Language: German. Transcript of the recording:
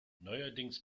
neuerdings